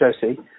Josie